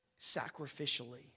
Sacrificially